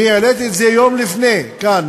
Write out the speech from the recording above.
אני העליתי את זה יום לפני כן כאן,